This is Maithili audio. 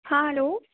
हँ हैलो